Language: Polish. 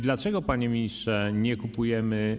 Dlaczego, panie ministrze, nie kupujemy.